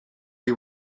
you